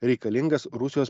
reikalingas rusijos